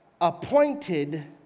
appointed